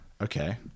Okay